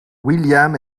william